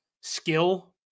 skill